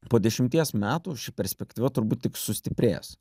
po dešimties metų ši perspektyva turbūt tik sustiprės